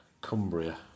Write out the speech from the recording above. Cumbria